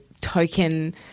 token